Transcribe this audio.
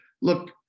Look